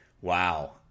Wow